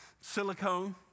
silicone